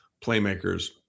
playmakers